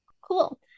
Cool